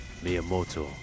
Miyamoto